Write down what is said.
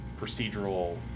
procedural